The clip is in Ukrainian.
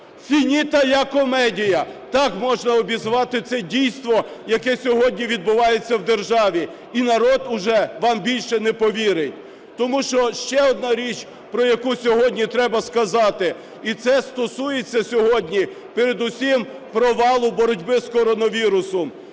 фініта ля комедія – так можна обізвати це дійство, яке сьогодні відбувається в державі. І народ уже вам більше не повірить. Тому що одна річ, про яку сьогодні треба сказати, і це стосується сьогодні передусім провалу боротьби з коронавірусом.